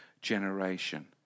generation